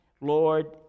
Lord